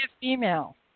female